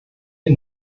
wir